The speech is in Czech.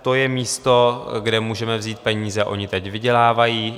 To je místo, kde můžeme vzít peníze, oni teď vydělávají.